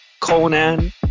Conan